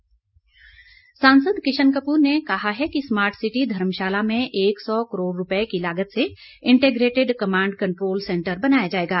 किशन कपूर सांसद किशन कपूर ने कहा है कि स्मार्ट सिटी धर्मशाला में एक सौ करोड़ रूपए की लागत से इंटीग्रेटेड कमांड कंट्रोल सैंटर बनाया जाएगा